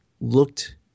looked